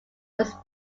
was